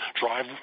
drive